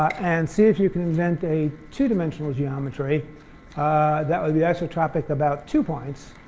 and see if you can invent a two-dimensional geometry that would be isotropic about two points,